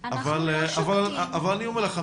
אבל --- אנחנו לא שוקטים --- אבל אני אומר לך,